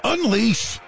Unleash